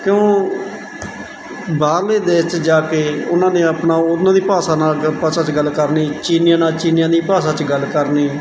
ਉਹ ਬਾਹਰਲੇ ਦੇਸ਼ 'ਚ ਜਾ ਕੇ ਉਹਨਾਂ ਨੇ ਆਪਣਾ ਉਹਨਾਂ ਦੀ ਭਾਸ਼ਾ ਨਾਲ ਭਾਸ਼ਾ 'ਚ ਗੱਲ ਕਰਨੀ ਚੀਨੀਆਂ ਨਾਲ ਚੀਨੀਆਂ ਦੀ ਭਾਸ਼ਾ 'ਚ ਗੱਲ ਕਰਨੀ